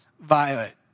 Violet